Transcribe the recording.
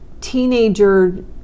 teenager